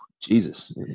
Jesus